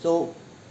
so